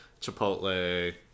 Chipotle